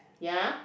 ya